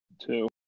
Two